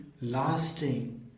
Lasting